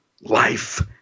life